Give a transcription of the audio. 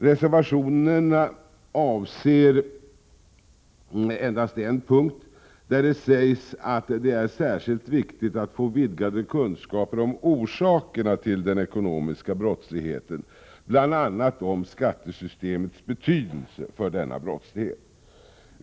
Reservationen avser endast en punkt, nämligen att det är särskilt viktigt att få vidgade kunskaper om orsakerna till den ekonomiska brottsligheten, bl.a. om skattesystemets betydelse för denna brottslighet.